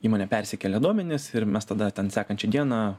įmonė persikėlia duomenis ir mes tada ten sekančią dieną